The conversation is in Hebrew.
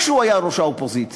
כשהוא היה ראש האופוזיציה.